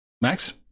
max